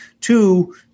Two